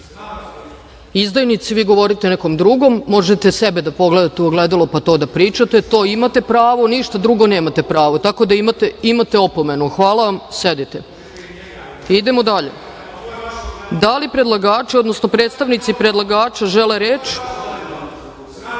vi govorite nekom drugom, možete sebe da pogledate u ogledalo, pa to da pričate, to imate pravo, ništa drugo nemate pravo. Tako da imate opomenu. Hvala vam, sedite. Idemo dalje. Da li predlagači, odnosno predstavnici predlagača žele reč?